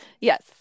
yes